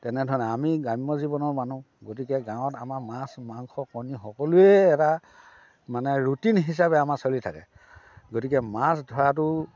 তেনেধৰণে আমি গ্ৰাম্য জীৱনৰ মানুহ গতিকে গাঁৱত আমাৰ মাছ মাংস কণী সকলোৱেই এটা মানে ৰুটিন হিচাপে আমাৰ চলি থাকে গতিকে মাছ ধৰাটো